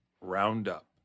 roundup